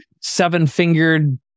seven-fingered